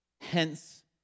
hence